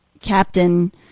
captain